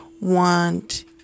want